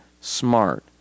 smart